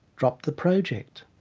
dropped the project.